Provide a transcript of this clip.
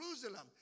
Jerusalem